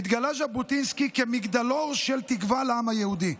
התגלה ז'בוטינסקי כמגדלור של תקווה לעם היהודי,